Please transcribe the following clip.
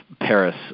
Paris